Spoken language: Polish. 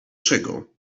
czego